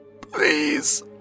Please